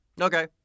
okay